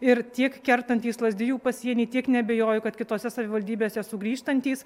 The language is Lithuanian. ir tiek kertantys lazdijų pasienį tiek neabejoju kad kitose savivaldybėse sugrįžtantys